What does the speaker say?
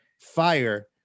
fire